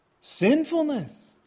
sinfulness